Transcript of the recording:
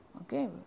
okay